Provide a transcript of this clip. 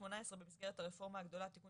ב-2018 במסגרת הרפורמה הגדולה תיקון